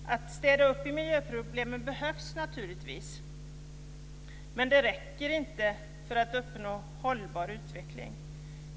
Att städa upp i miljöproblemen behövs naturligtvis, men det räcker inte för att uppnå hållbar utveckling.